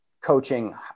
coaching